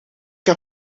heb